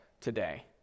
today